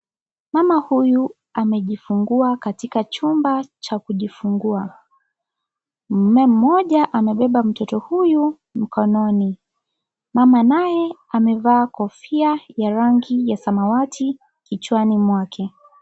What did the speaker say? Mama huyu amejifungua katika chumba cha kujifungua. Mume mmoja amebeba mtoto huyu mkononi. Mama naye amevaa kofia ya rangi ya samawati kichwani mwake.